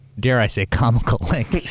dare i say, comical lengths.